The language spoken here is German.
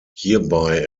hierbei